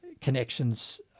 connections